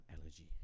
allergy